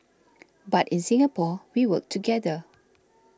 but in Singapore we work together